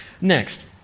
Next